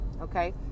okay